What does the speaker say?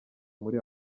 muri